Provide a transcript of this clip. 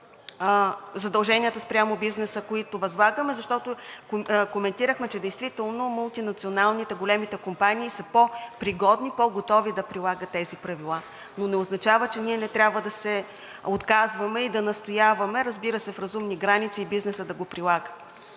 задълженията спрямо бизнеса, които възлагаме, защото коментирахме, че действително мултинационалните, големите компании са по-пригодни, по-готови да прилагат тези правила. Но не означава, че ние трябва да се отказваме и да настояваме, разбира се, в разумни граници, бизнесът да го прилага.